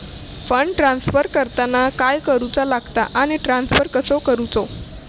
Fund transfer करताना काय करुचा लगता आनी ट्रान्स्फर कसो करूचो?